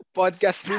podcast